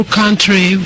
country